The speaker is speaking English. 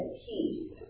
peace